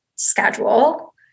schedule